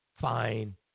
fine